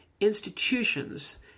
institutions